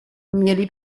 mieli